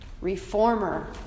Reformer